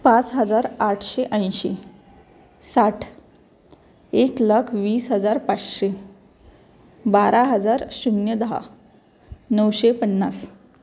पाच हजार आठशे ऐंशी साठ एक लाख वीस हजार पाचशे बारा हजार शून्य दहा नऊशे पन्नास